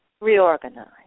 reorganize